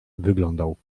wyglądał